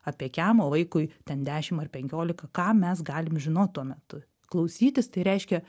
apie kem o vaikui ten dešim ar penkiolika ką mes galim žinot tuo metu klausytis tai reiškia